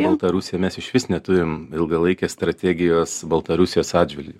baltarusija mes išvis neturim ilgalaikės strategijos baltarusijos atžvilgiu